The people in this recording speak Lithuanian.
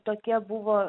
tokia buvo